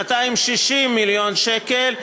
260 מיליון שקל,